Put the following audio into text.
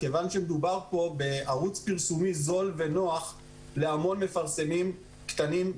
כיוון שמדובר פה בערוץ פרסומי זול ונוח להמון מפרסמים קטנים,